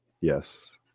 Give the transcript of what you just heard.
Yes